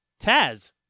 Taz